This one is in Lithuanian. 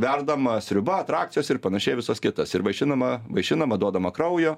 verdama sriuba atrakcijos ir panašiai visos kitas ir vaišinama vaišinama duodama kraujo